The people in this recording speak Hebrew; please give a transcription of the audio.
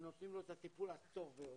הם נותנים לו את הטיפול הטוב ביותר.